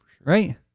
right